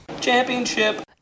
Championship